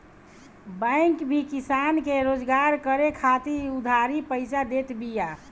bank भी किसान के रोजगार करे खातिर उधारी पईसा देत बिया